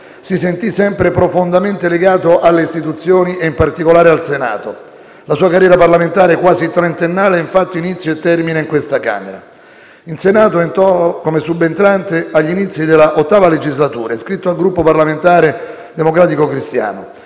si sentì sempre profondamente legato alle istituzioni e in particolare al Senato. La sua carriera parlamentare quasi trentennale, infatti, inizia e termina in questa Camera. In Senato entrò come subentrante agli inizi dell'VIII legislatura, iscritto al Gruppo parlamentare Democratico Cristiano.